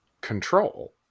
control